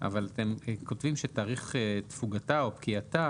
אבל אתם כותבים שתאריך תפוגתה או פקיעתה